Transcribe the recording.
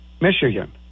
Michigan